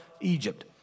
Egypt